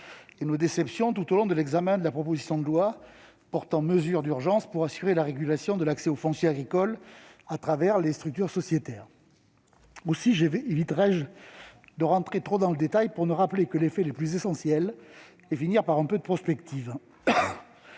et nos déceptions tout au long de l'examen de la proposition de loi portant mesures d'urgence pour assurer la régulation de l'accès au foncier agricole au travers des structures sociétaires. Aussi éviterai-je d'entrer trop dans les détails, pour ne rappeler que les faits les plus essentiels et finir par un peu de prospective.